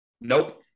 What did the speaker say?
Nope